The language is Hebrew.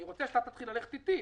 אני רוצה שאתה תתחיל ללכת איתי,